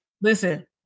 Listen